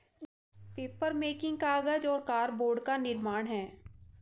papermaking कागज और cardboard का निर्माण है